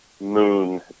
moon